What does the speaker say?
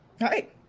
Right